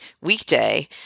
weekday